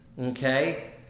okay